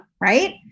right